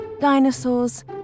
dinosaurs